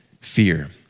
fear